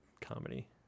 comedy